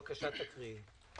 בבקשה, תקריאי.